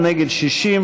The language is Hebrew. לבני,